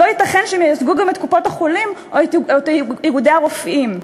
לא ייתכן שהן ייצגו גם את קופות-החולים או את איגודי הרופאים.